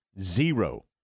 Zero